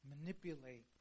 manipulate